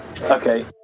Okay